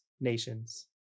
nations